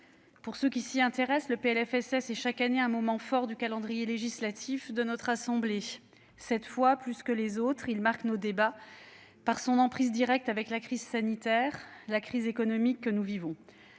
Pour ceux qui s'y intéressent, le PLFSS est, chaque année, un moment fort du calendrier législatif de notre assemblée. Cette fois, plus que les autres, il marque nos débats par son emprise directe avec la crise sanitaire et économique que nous vivons.